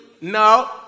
No